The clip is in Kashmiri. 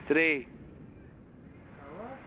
ترٛے